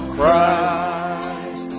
Christ